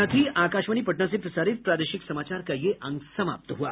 इसके साथ ही आकाशवाणी पटना से प्रसारित प्रादेशिक समाचार का ये अंक समाप्त हुआ